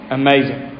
amazing